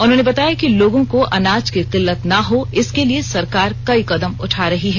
उन्होंने बताया कि लोगों को अनाज की किल्लत न हो इसके लिए सरकार कई के कदम उठा रही है